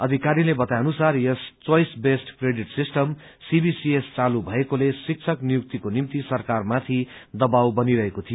अधिकारीले बताए अनुसार यस choice based credit system CBCS चालू भएकोले शिक्षक नियुक्तिको निम्ति सरकारमाथि दबाउ बनिरहेको थियो